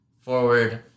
forward